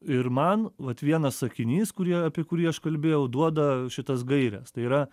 ir man vat vienas sakinys kurį apie kurį aš kalbėjau duoda šitas gaires tai yra